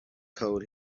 cold